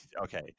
okay